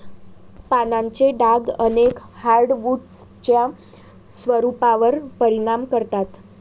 पानांचे डाग अनेक हार्डवुड्सच्या स्वरूपावर परिणाम करतात